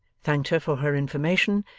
thanked her for her information,